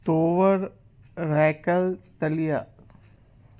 तौवर रैकल तलिया